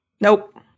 Nope